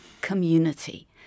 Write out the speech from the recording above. community